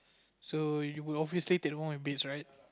so you obviously take the one with base right